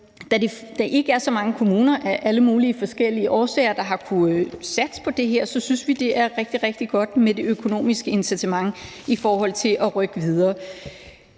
årsager ikke er så mange kommuner, der har kunnet satse på det her, synes vi, at det er rigtig, rigtig godt med det økonomiske incitament i forhold til at rykke videre.